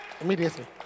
Immediately